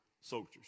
soldiers